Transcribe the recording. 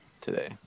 today